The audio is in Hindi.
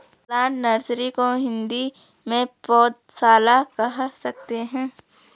प्लांट नर्सरी को हिंदी में पौधशाला कह सकते हैं